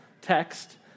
text